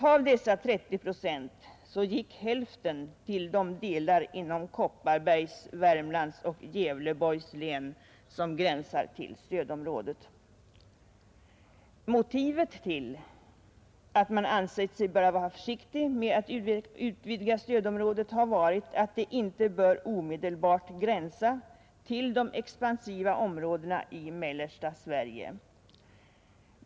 Av dessa 30 procent gick hälften till de delar inom Motivet till att man ansett sig böra vara försiktig med att utvidga stödområdet har varit att det inte bör omedelbart gränsa till de expansiva områdena i mellersta Sverige.